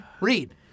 read